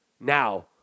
now